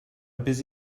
busy